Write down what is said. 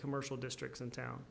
commercial districts and town